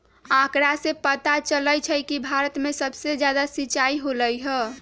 आंकड़ा से पता चलई छई कि भारत में सबसे जादा सिंचाई होलई ह